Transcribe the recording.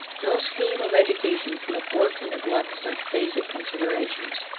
no scheme of education can afford to neglect such basic considerations.